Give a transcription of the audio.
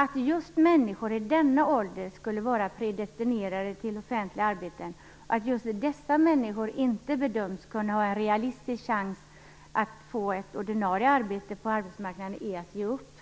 Att säga att människor i just denna ålder skulle vara predestinerade till offentliga arbeten, att just dessa människor inte har en realistisk chans att få ett ordinarie arbete på arbetsmarknaden, är att ge upp.